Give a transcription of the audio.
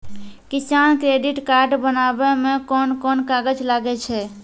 किसान credit card बनाबै मे कोन कोन कागज लागै छै?